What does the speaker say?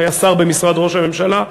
שהיה שר במשרד ראש הממשלה,